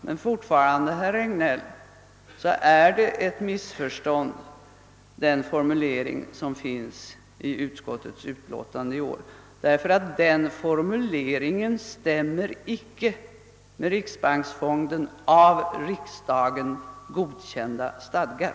Men, herr Regnell, den formulering som finns i utskottets utlåtande i år är fortfarande ett missförstånd. Den formuleringen stämmer nämligen icke med riksbanksfondens av riksdagens godkända stadgar.